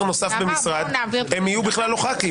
נוסף במשרד הם בכלל לא יהיו חברי כנסת,